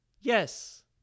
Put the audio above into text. Yes